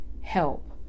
Help